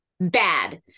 Bad